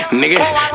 nigga